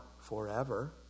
forever